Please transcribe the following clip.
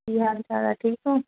ਕੀ ਹਾਲ ਚਾਲ ਆ ਠੀਕ ਹੋ